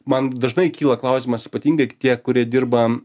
man dažnai kyla klausimas ypatingai tie kurie dirba